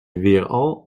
weeral